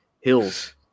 Hills